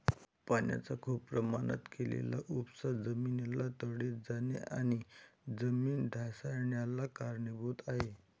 पाण्याचा खूप प्रमाणात केलेला उपसा जमिनीला तडे जाणे आणि जमीन ढासाळन्याला कारणीभूत आहे